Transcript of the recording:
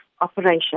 operation